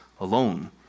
alone